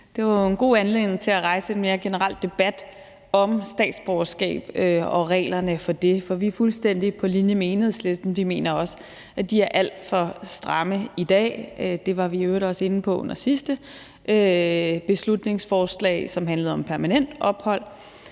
det var jo en god anledning til at en rejse en mere generel debat om statsborgerskab og reglerne for det. For vi er fuldstændig på linje med Enhedslisten: Vi mener også, at de er alt for stramme i dag, hvilket vi også var inde på under behandlingen af det sidste beslutningsforslag, som handlede om permanent ophold.